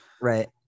right